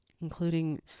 including